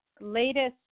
latest